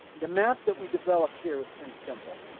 the map that we developed here was pretty simple.